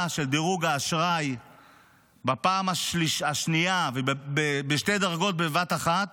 של דירוג האשראי בפעם השנייה ובשתי דרגות בבת אחת